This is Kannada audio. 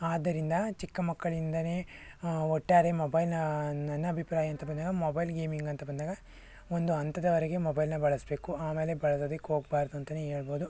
ಆದ್ದರಿಂದ ಚಿಕ್ಕ ಮಕ್ಕಳಿಂದಲೇ ಒಟ್ಟಾರೆ ಮೊಬೈಲ್ನ ನನ್ನ ಅಭಿಪ್ರಾಯ ಅಂತ ಬಂದಾಗ ಮೊಬೈಲ್ ಗೇಮಿಂಗ್ ಅಂತ ಬಂದಾಗ ಒಂದು ಹಂತದವರೆಗೆ ಮೊಬೈಲ್ನ ಬಳಸಬೇಕು ಆಮೇಲೆ ಬಳಸೋದಕ್ಕೋಗ್ಬಾರ್ದು ಅಂತಲೇ ಹೇಳ್ಬೋದು